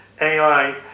AI